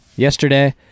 Yesterday